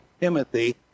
Timothy